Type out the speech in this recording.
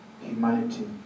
humanity